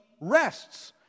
rests